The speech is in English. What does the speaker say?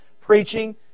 preaching